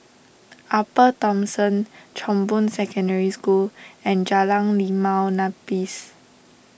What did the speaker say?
Upper Thomson Chong Boon Secondary School and Jalan Limau Nipis